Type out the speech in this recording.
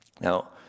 Now